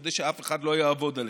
כדי שאף אחד לא יעבוד עלינו.